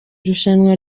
irushanwa